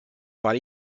weil